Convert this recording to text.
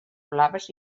blaves